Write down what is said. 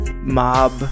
mob